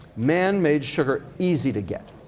man-made sugar easy to get.